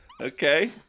okay